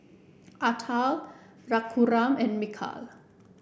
Atal Raghuram and Milkha